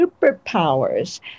superpowers